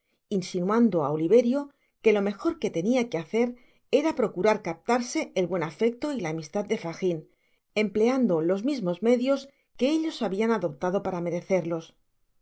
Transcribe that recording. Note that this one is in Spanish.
insinuando á oliverio que lo mejor que tenia que hacer era procurar captarse el buen afecto y la amistad de fagin empleando los mismos medios que ellos habian adoptado para merecerlos